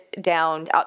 down